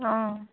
অঁ